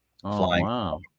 flying